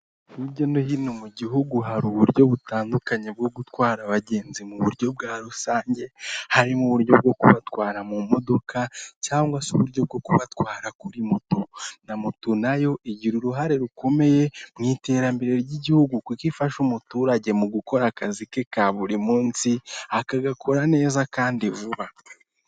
Aba ni abantu bagera kuri barindwi bahagaze ahantu hamwe ku itapi y'umutuku barakeye cyane, bafite icyapa cyamamaza ibijyanye n'ubwishingizi mu biganza byabo higanjemo abagore ndetse n'abagabo.